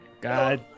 God